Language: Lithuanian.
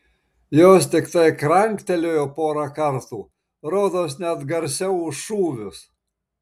jos tiktai kranktelėjo porą kartų rodos net garsiau už šūvius